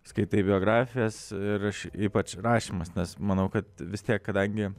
skaitai biografijas ir aš ypač rašymas nes manau kad vis tiek kadangi